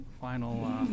final